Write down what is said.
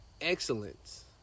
Excellence